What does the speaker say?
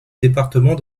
département